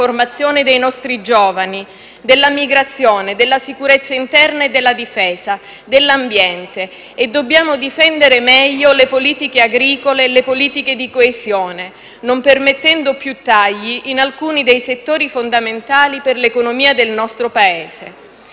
formazione dei nostri giovani; della migrazione, della sicurezza interna e della difesa, dell'ambiente. Dobbiamo difendere meglio le politiche agricole e le politiche di coesione, non permettendo più tagli in alcuni dei settori fondamentali per l'economia del nostro Paese.